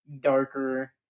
darker